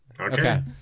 Okay